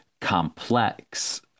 complex